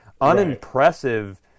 unimpressive